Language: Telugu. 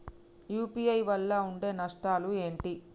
యూ.పీ.ఐ వల్ల ఉండే నష్టాలు ఏంటి??